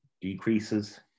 decreases